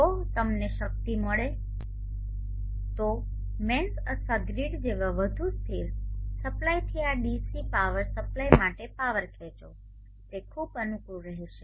જો કે જો તમને શક્તિ મળે તો મેન્સ અથવા ગ્રીડ જેવા વધુ સ્થિર સપ્લાયથી આ ડીસી પાવર સપ્લાય માટે પાવર ખેંચો તે ખૂબ અનુકૂળ રહેશે